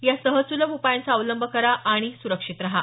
या सहज सुलभ उपायांचा अवलंब करा आणि सुरक्षित रहा